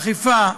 אכיפה,